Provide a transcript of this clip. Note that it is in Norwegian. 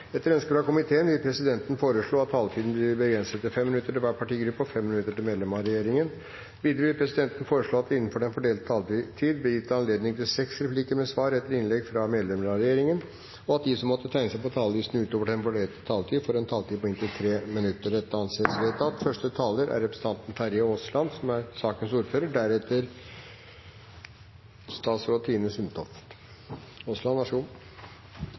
Etter ønske fra næringskomiteen vil presidenten foreslå at taletiden blir begrenset til 5 minutter til hver partigruppe og 5 minutter til medlem av regjeringen. Videre vil presidenten foreslå at det blir gitt anledning til seks replikker med svar etter innlegg fra medlemmer av regjeringen innenfor den fordelte taletid, og at de som måtte tegne seg på talerlisten utover den fordelte taletid, får en taletid på inntil 3 minutter. – Det anses vedtatt.